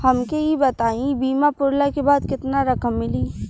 हमके ई बताईं बीमा पुरला के बाद केतना रकम मिली?